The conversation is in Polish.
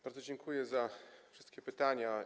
Bardzo dziękuję za wszystkie pytania.